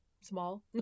small